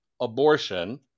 abortion